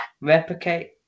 Replicate